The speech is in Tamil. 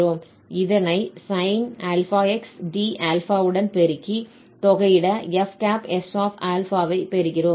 இதனை sin αx dα உடன் பெருக்கி தொகையிட fs∝ ஐ பெறுகிறோம்